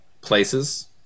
places